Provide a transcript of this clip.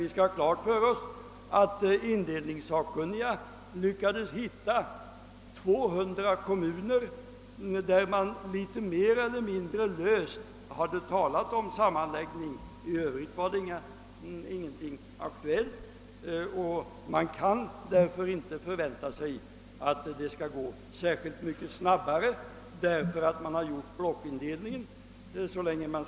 Vi skall ha klart för oss att indelningssakkunniga lyckades hitta 200 kommuner där man mer eller mindre löst hade talat om sammanläggning; i Övrigt var ingenting aktuellt. Man kan därför inte förvänta sig att det skall gå särskilt mycket snabbare enbart därför att man gjort blockindelningen.